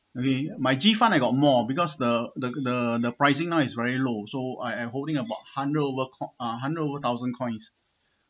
okay my G fund I got more because the the the the pricing now is very low so I am holding about hundred over coi~ uh hundred over thousand coins